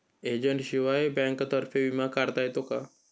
एजंटशिवाय बँकेतर्फे विमा काढता येतो का?